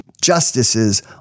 justices